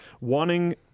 wanting